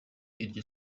iryo